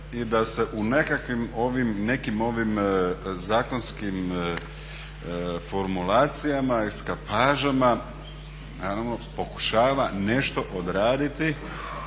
i da se u nekakvim ovim, nekim ovim zakonskim formulacijama, eskapažama naravno pokušava nešto odraditi